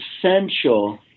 essential